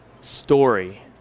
story